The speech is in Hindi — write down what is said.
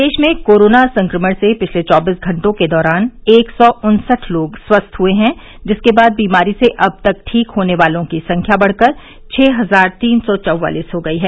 प्रदेश में कोरोना संक्रमण से पिछले चौबीस घंटों के दौरान एक सौ उन्सठ लोग स्वस्थ हुए हैं जिसके बाद बीमारी से अब तक ठीक होने वालों की संख्या बढ़कर छः हजार तीन सौ चौवालीस हो गई है